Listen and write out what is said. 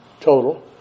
total